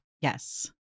Yes